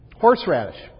Horseradish